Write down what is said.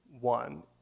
one